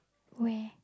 where